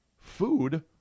food